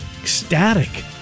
Ecstatic